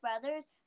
brothers